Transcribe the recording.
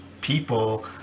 people